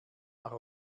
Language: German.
nach